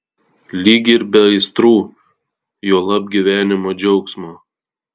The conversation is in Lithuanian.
lyg ir be aistrų juolab gyvenimo džiaugsmo